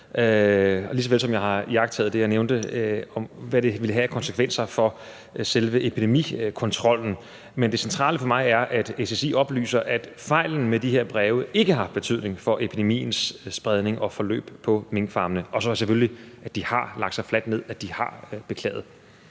lige såvel som jeg har iagttaget det, jeg nævnte, om, hvad det vil have af konsekvenser for selve epidemikontrollen. Men det centrale for mig er, at SSI oplyser, at fejlen med de her breve ikke har betydning for epidemiens spredning og forløb på minkfarmene, og så selvfølgelig, at de har lagt sig fladt ned, at de har beklaget.